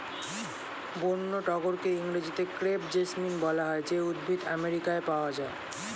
বন্য টগরকে ইংরেজিতে ক্রেপ জেসমিন বলা হয় যে উদ্ভিদ আমেরিকায় পাওয়া যায়